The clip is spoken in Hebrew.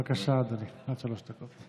בבקשה, אדוני, עד שלוש דקות.